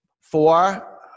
four